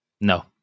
No